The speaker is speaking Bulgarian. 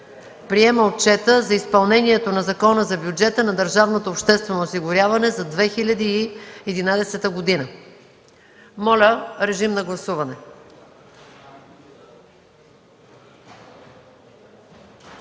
Приема отчета за изпълнението на Закона за бюджета на Държавното обществено осигуряване за 2011 г.” Моля, режим на гласуване.